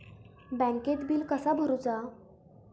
बँकेत बिल कसा भरुचा?